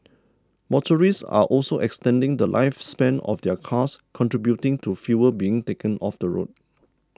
motorists are also extending the lifespan of their cars contributing to fewer being taken off the road